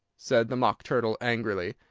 said the mock turtle angrily